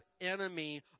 enemy